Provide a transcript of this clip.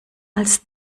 als